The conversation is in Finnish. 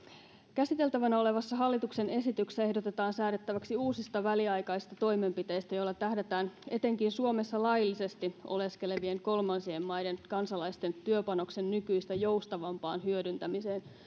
käsiteltävänä olevassa hallituksen esityksessä ehdotetaan säädettäväksi uusista väliaikaisista toimenpiteistä joilla tähdätään etenkin suomessa laillisesti oleskelevien kolmansien maiden kansalaisten työpanoksen nykyistä joustavampaan hyödyntämiseen